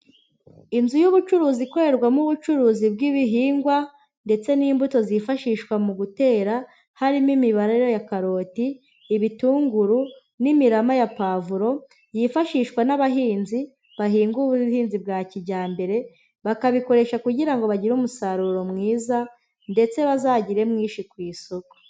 Inzu y'ubucuruzi ikorerwamo ubucuruzi bw'ibihingwa, ndetse n'imbuto zifashishwa mu gutera, harimo imibare ya karoti, ibitunguru, n'imirama ya pavuro, yifashishwa n'abahinzi, bahinga ubuhinzi bwa kijyambere, bakabikoresha kugira ngo bagire umusaruro mwiza, ndetse bazagire mwishi ku isoko.